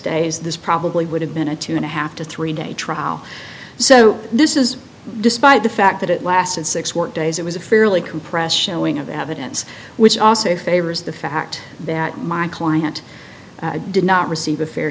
days this probably would have been a two and a half to three day trial so this is despite the fact that it lasted six work days it was a fairly compressed showing of evidence which also favors the fact that my client did not receive a fair